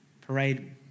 parade